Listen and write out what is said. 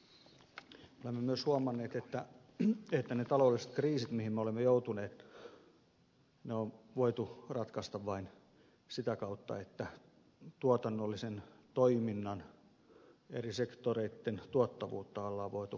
me olemme myös huomanneet että ne taloudelliset kriisit joihin me olemme joutuneet on voitu ratkaista vain sitä kautta että tuotannollisen toiminnan eri sektoreitten tuottavuutta on voitu lisätä